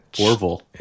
Orville